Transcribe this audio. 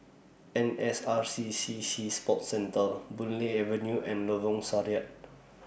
N S R C C Sea Sports Centre Boon Lay Avenue and Lorong